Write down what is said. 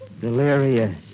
Delirious